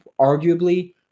arguably